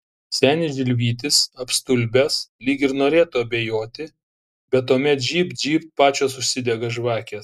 senis žilvytis apstulbęs lyg ir norėtų abejoti bet tuomet žybt žybt pačios užsidega žvakės